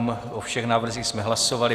O všech návrzích jsme hlasovali.